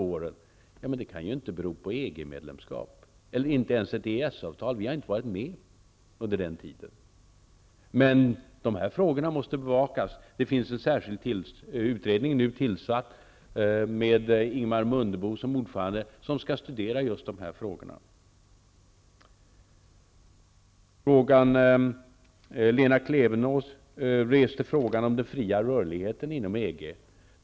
Ja, men det kan ju inte bero på EG-medlemskap eller ens på ett EES-avtal -- vi har inte varit med under den aktuella tiden. Men de här frågorna måste bevakas. Det finns en särskild utredning tillsatt, med Ingemar Mundebo som ordförande, som skall studera just dessa frågor. Lena Klevenås reste frågan om den fria rörligheten inom EG.